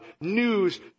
news